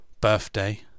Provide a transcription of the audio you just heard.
birthday